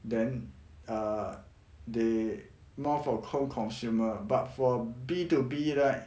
then err they more for home consumer but for B two B right